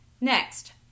Next